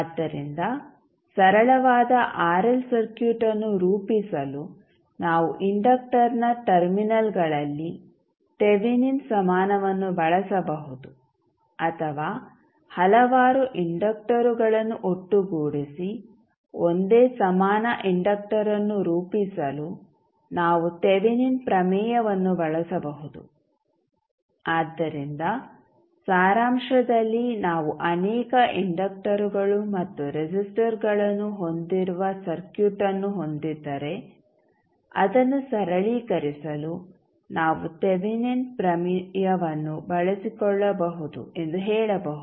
ಆದ್ದರಿಂದ ಸರಳವಾದ ಆರ್ಎಲ್ ಸರ್ಕ್ಯೂಟ್ಅನ್ನು ರೂಪಿಸಲು ನಾವು ಇಂಡಕ್ಟರ್ನ ಟರ್ಮಿನಲ್ಗಳಲ್ಲಿ ತೆವೆನಿನ್ ಸಮಾನವನ್ನು ಬಳಸಬಹುದು ಅಥವಾ ಹಲವಾರು ಇಂಡಕ್ಟರುಗಳನ್ನು ಒಟ್ಟುಗೂಡಿಸಿ ಒಂದೇ ಸಮಾನ ಇಂಡಕ್ಟರ್ಅನ್ನು ರೂಪಿಸಲು ನಾವು ತೆವೆನಿನ್ ಪ್ರಮೇಯವನ್ನು ಬಳಸಬಹುದು ಆದ್ದರಿಂದ ಸಾರಾಂಶದಲ್ಲಿ ನಾವು ಅನೇಕ ಇಂಡಕ್ಟರುಗಳು ಮತ್ತು ರೆಸಿಸ್ಟರ್ಗಳನ್ನು ಹೊಂದಿರುವ ಸರ್ಕ್ಯೂಟ್ಅನ್ನು ಹೊಂದಿದ್ದರೆ ಅದನ್ನು ಸರಳೀಕರಿಸಲು ನಾವು ತೆವೆನಿನ್ ಪ್ರಮೇಯವನ್ನು ಬಳಸಿಕೊಳ್ಳಬಹುದು ಎಂದು ಹೇಳಬಹುದು